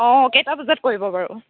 অঁ কেইটা বজাত কৰিব বাৰু